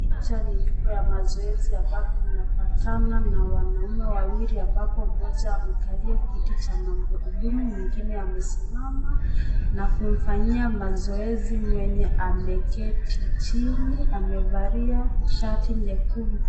Hii picha ni juu ya mazoezi ambapo unapatana na wanaume wawili ambapo mmoja amekalia kiti cha magurudumu, mwingine amesimama, na kumfanyia mazoezi mwenye ameketi chini. Amevalia shati nyekundu.